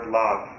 love